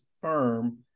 firm